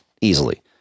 easily